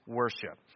worship